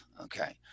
okay